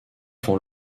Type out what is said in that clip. font